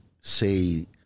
say